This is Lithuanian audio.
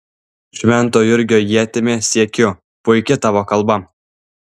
švento jurgio ietimi siekiu puiki tavo kalba